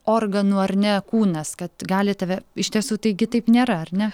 organų ar ne kūnas kad gali tave iš tiesų taigi taip nėra ar ne